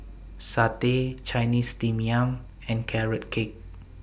Satay Chinese Steamed Yam and Carrot Cake